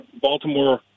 Baltimore